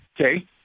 okay